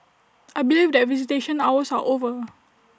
I believe that visitation hours are over